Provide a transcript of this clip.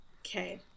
Okay